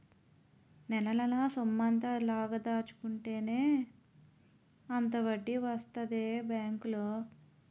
నెలనెలా సొమ్మెంత లాగ దాచుకుంటే అంత వడ్డీ వస్తదే బేంకులో